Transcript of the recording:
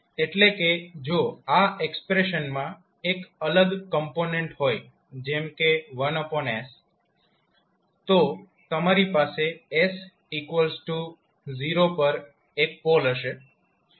એટલે કે જો આ એક્સપ્રેશનમાં એક અલગ કોમ્પોનેન્ટ હોય જેમ કે 1s તો તમારી પાસે s0 પર એક પોલ હશે